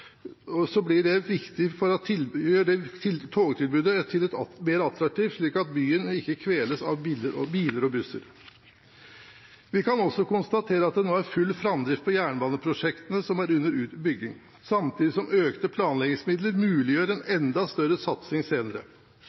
det viktig for å gjøre togtilbudet mer attraktivt slik at byene ikke kveles av biler og busser. Vi kan også konstatere at det nå er full framdrift på jernbaneprosjektene som er under bygging, samtidig som økte planleggingsmidler muliggjør en enda større satsing senere.